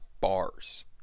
bars